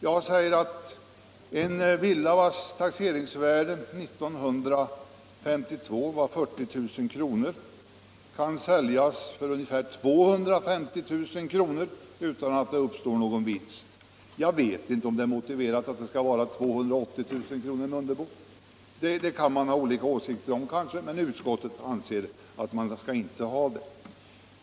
Jag säger att en villa vars taxeringsvärde år 1952 var 40 000 kr. kan säljas för ungefär 250 000 kr. utan att det uppstår någon vinst på den. Jag vet inte om det är motiverat att värdet skall vara 280 000 kr., herr Mundebo. Det kan man kanske ha olika åsikter om, men utskottet har ansett att man inte skall ha det.